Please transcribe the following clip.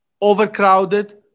overcrowded